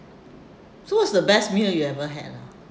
so what's the best meal you ever had ah